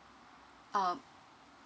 um